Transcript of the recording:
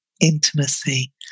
intimacy